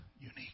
unique